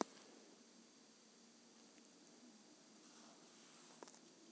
Bank loan के बारे मे बतेला के बाद सारा कागज तैयार करे के कहब?